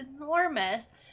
enormous